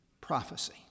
Prophecy